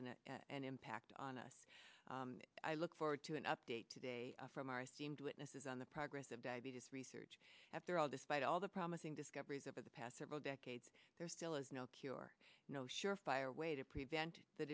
an impact on us i look forward to an update today from our esteemed witnesses on the progress of diabetes research after all despite all the promising discoveries over the past several decades there still is no cure no sure fire way to prevent the